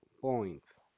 points